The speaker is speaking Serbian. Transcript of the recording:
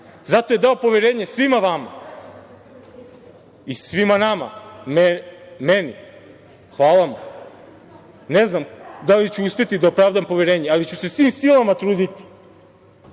Zato je dao poverenje svima vama i svima nama, meni i hvala mu. Ne znam da li ću uspeti da opravdam poverenje ali ću se svim silama truditi